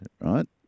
right